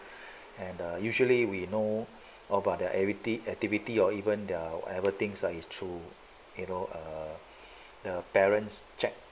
and err usually we know about the everyday activity or even their whatever things lah is through you know err the parents chat